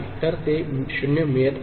तर ते 0 मिळत आहे